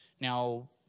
Now